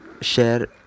share